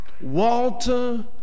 Walter